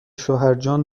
شوهرجان